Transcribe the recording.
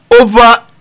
Over